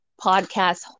podcast